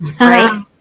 Right